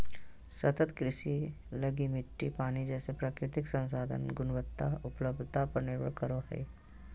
सतत कृषि लगी मिट्टी, पानी जैसे प्राकृतिक संसाधन के गुणवत्ता, उपलब्धता पर निर्भर करो हइ